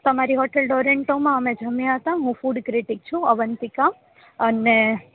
તમારી હોટેલ ડોરેન્ટો અમે જમ્યા હતા હું ફૂડ ક્રિટિક છું અવંતિકા અને